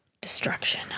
Destruction